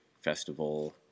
Festival